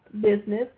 business